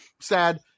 sad